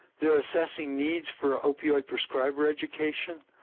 they are assessing needs for opioid prescriber education,